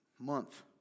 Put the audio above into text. month